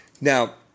Now